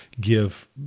give